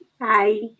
Hi